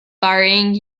varying